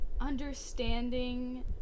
understanding